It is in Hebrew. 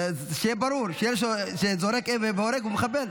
ילד שזורק אבן והורג אדם הוא מחבל.